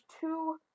two